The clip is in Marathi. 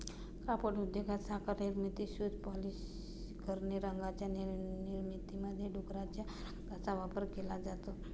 कापड उद्योगात, साखर निर्मिती, शूज पॉलिश करणे, रंगांच्या निर्मितीमध्ये डुकराच्या रक्ताचा वापर केला जातो